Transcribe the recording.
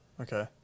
okay